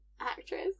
actress